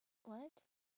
what